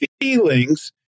feelings